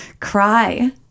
cry